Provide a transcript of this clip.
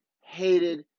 hated